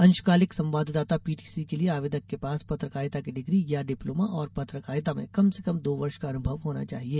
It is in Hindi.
अंशकालिक संवाददाता पीटीसी के लिए आवेदक के पास पत्रकारिता की डिग्री या डिप्लोमा और पत्रकारिता में कम से कम दो वर्ष का अनुभव होना चाहिए